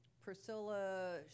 priscilla